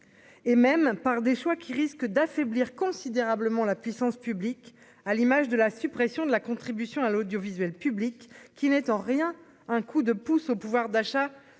et même par des choix qui risque d'affaiblir considérablement la puissance publique à l'image de la suppression de la contribution à l'audiovisuel public qui n'est en rien un coup de pouce au pouvoir d'achat